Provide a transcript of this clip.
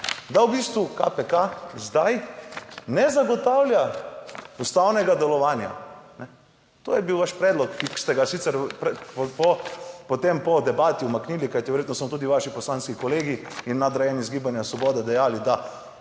da v bistvu KPK zdaj ne zagotavlja ustavnega delovanja. To je bil vaš predlog, ki ste ga sicer potem po debati umaknili. Kajti verjetno so tudi vaši poslanski kolegi in nadrejeni iz Gibanja Svoboda dejali, da